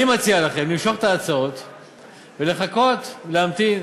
אני מציע לכם למשוך את ההצעות ולחכות, להמתין.